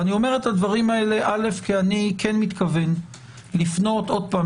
אני מתכוון לפנות שוב,